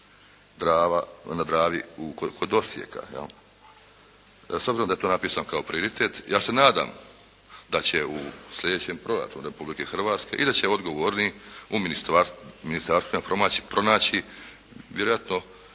Sisak, na Dravi kod Osijeka jel'. S obzirom da je to napisano kao prioritet, ja se nadam da će u sljedećem proračunu Republike Hrvatske i da će odgovorniji u ministarstvima pronaći vjerojatno